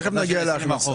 תכף נגיע להכנסות.